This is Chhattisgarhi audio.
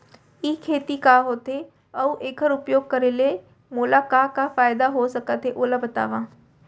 ई खेती का होथे, अऊ एखर उपयोग करे ले मोला का का फायदा हो सकत हे ओला बतावव?